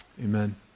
Amen